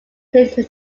clinton